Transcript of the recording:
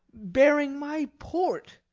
bearing my port,